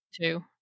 two